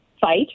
fight